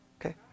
Okay